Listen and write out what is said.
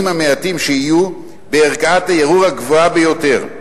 המעטים שיהיו בערכאת הערעור הגבוהה ביותר,